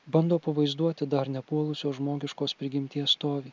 bando pavaizduoti dar nepuolusios žmogiškos prigimties stovį